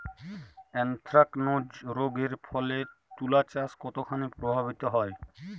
Anthracnose রোগ এর ফলে তুলাচাষ কতখানি প্রভাবিত হয়?